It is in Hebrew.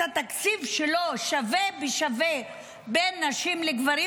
התקציב שלו שווה בשווה בין נשים לגברים?